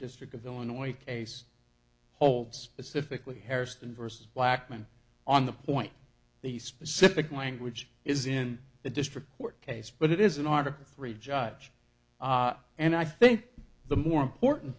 district of illinois case holds specifically harrison versus blackman on the point the specific language is in the district court case but it is an article three judge and i think the more important